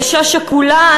אישה שכולה,